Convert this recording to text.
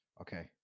Okay